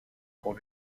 pour